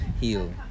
heal